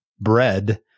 bread